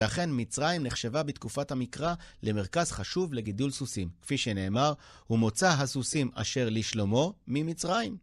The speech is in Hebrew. לכן מצרים נחשבה בתקופת המקרא למרכז חשוב לגידול סוסים. כפי שנאמר, הוא מוצא הסוסים אשר לשלמה - ממצרים.